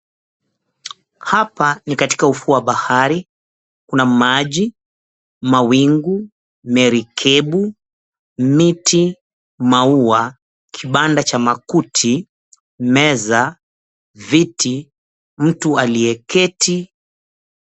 Hapa ni katika ufuo wa bahari kuna maji, mawingu, merikebu, miti, maua, kibanda cha makuti, meza, viti, mtu aliyeketi.